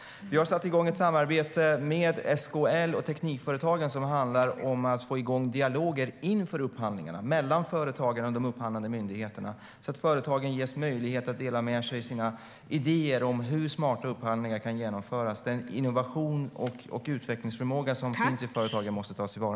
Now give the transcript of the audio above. Regeringen har satt igång ett samarbete med SKL och Teknikföretagen som handlar om att få igång dialoger inför upphandlingarna mellan företagen och de upphandlande myndigheterna så att företagen ges möjlighet att dela med sig av sina idéer om hur smarta upphandlingar kan genomföras. Den innovations och utvecklingsförmåga som finns i företagen måste tas till vara.